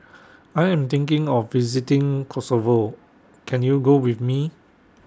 I Am thinking of visiting Kosovo Can YOU Go with Me